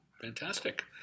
Fantastic